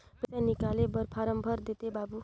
पइसा निकाले बर फारम भर देते बाबु?